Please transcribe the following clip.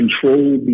control